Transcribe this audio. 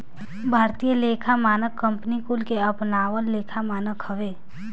भारतीय लेखा मानक कंपनी कुल के अपनावल लेखा मानक हवे